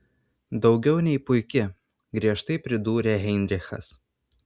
daugiau nei puiki griežtai pridūrė heinrichas